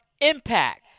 impact